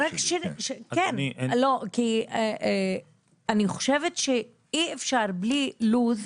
כן, לא, כי אני חושבת שאי אפשר בלי לו"ז,